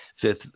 fifth